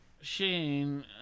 Shane